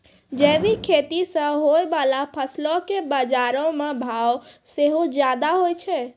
जैविक खेती से होय बाला फसलो के बजारो मे भाव सेहो ज्यादा होय छै